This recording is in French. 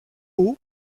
haut